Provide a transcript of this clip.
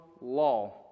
law